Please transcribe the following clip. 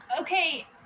okay